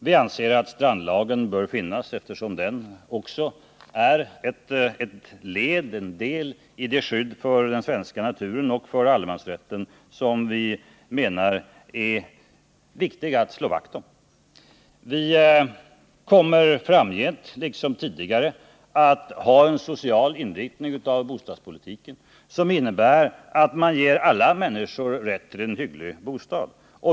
Vi anser att strandlagen bör finnas, eftersom den också är en del i det skydd för den svenska naturen och för allemansrätten som vi menar att det är viktigt att slå vakt om. Vi kommer framgent liksom tidigare att ha en social inriktning av bostadspolitiken, som innebär att man ger alla människor rätt till en hygglig bostad.